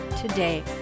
today